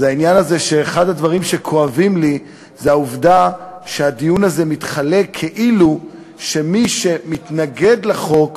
שאחד הדברים שכואבים לי הוא העובדה שהדיון הזה מתחלק למי שמתנגד לחוק,